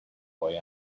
boy